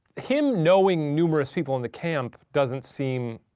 him knowing numerous people in the camp doesn't seem,